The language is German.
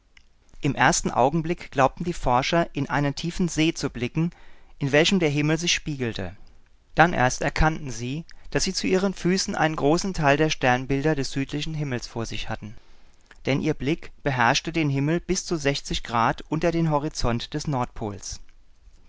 im ersten augenblick glaubten die forscher in einen tiefen see zu blicken in welchem der himmel sich spiegele dann erst erkannten sie daß sie zu ihren füßen einen großen teil der sternbilder des südlichen himmels vor sich hatten denn ihr blick beherrschte den himmel bis zu sechzig grad unter den horizont des nordpols